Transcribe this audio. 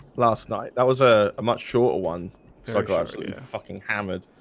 last night that was a much short one psychologically fucking hammered.